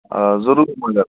آ ضٔروٗری مگر